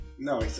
No